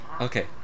Okay